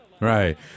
Right